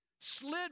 slid